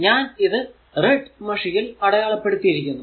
ഞാൻ ഇത് റെഡ് മഷിയിൽ അടയാളപ്പെടുത്തിയിരിക്കുന്നു